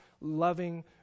loving